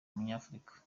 umunyafurika